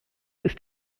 ist